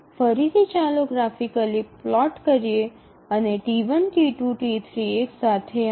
ફરીથી ચાલો graphically plot કરીએ અને T1 T2 T3 એકસાથે આવે